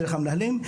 דרך המנהלים.